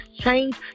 change